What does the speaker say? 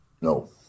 no